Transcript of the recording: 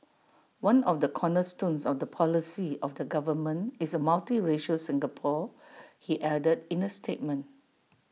one of the cornerstones of the policy of the government is A multiracial Singapore he added in A statement